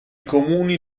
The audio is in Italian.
comuni